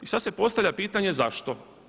I sada se postavlja pitanje zašto?